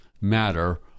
matter